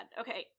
Okay